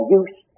use